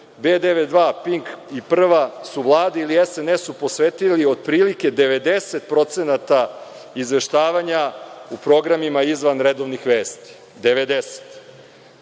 „B92“, „Pink“ i „Prva“ su Vladi ili SNS posvetili otprilike 90% izveštavanja u programima izvan redovnih vesti, 90%.